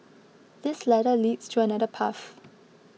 this ladder leads to another path